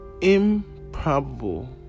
improbable